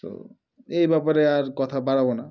তো এই ব্যাপারে আর কথা বাড়াব না